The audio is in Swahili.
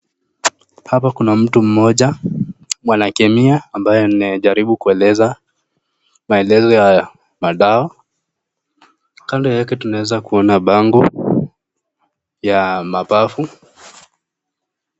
Hapa kuna mtu mmoja bwana kemia ambayo anajaribu kuelezea, maelezo ya madawa kando yake tueza kuona bango ya mapafu.